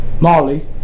Molly